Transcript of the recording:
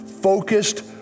focused